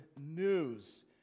news